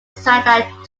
satellite